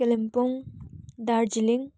Kalimpong Darjeeling